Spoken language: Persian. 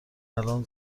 الان